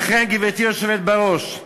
לכן, גברתי היושבת בראש,